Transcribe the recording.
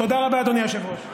תודה רבה, אדוני היושב-ראש.